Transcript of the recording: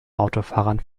autofahrern